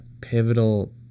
pivotal